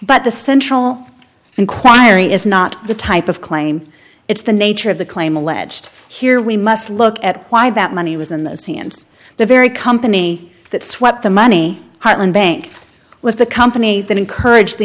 but the central inquiry is not the type of claim it's the nature of the claim alleged here we must look at why that money was in those hands the very company that swept the money hartland bank was the company that encouraged the